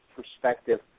perspective